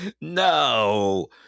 No